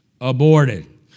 aborted